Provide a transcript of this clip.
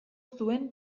zuen